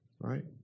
right